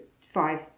five